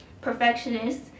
perfectionist